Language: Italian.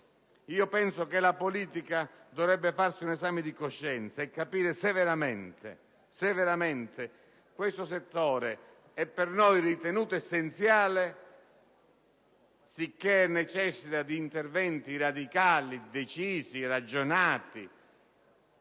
Penso che la politica dovrebbe farsi un esame di coscienza e capire se veramente questo settore è per noi ritenuto essenziale, sicché necessita di interventi radicali, decisi e ragionati